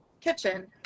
kitchen